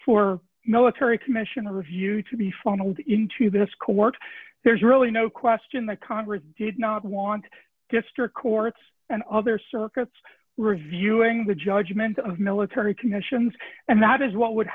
for military commission a review to be funneled into this court there's really no question that congress did not want district courts and other circuits reviewing the judgment of military commissions and that is what would